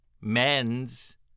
Men's